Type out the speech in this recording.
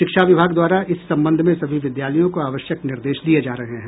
शिक्षा विभाग द्वारा इस संबंध में सभी विद्यालयों को आवश्यक निर्देश दिये जा रहे हैं